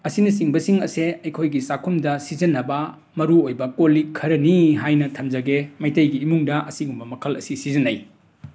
ꯑꯁꯤꯅꯆꯤꯡꯕꯁꯤꯡ ꯑꯁꯤ ꯑꯩꯈꯣꯏꯒꯤ ꯆꯥꯛꯈꯨꯝꯗ ꯁꯤꯖꯤꯟꯅꯕ ꯃꯔꯨꯑꯣꯏꯕ ꯀꯣꯜ ꯂꯤꯛ ꯈꯔꯅꯤ ꯍꯥꯏꯅ ꯊꯝꯖꯒꯦ ꯃꯩꯇꯩꯒꯤ ꯏꯃꯨꯡꯗ ꯑꯁꯤꯒꯨꯝꯕ ꯃꯈꯜ ꯑꯁꯤ ꯁꯤꯖꯤꯟꯅꯩ